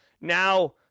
now